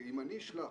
אם אני אשלח